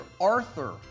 Arthur